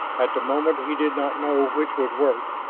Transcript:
at the moment he did not know which was worse,